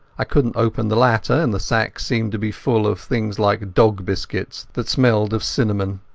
i couldnat open the latter, and the sacks seemed to be full of things like dog-biscuits that smelt of cinnamon.